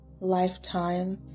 lifetime